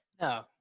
no